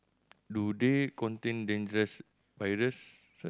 do they contain dangerous viruses